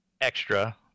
extra